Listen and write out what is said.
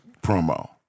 promo